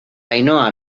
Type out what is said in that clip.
ainhoa